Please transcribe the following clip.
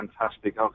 fantastic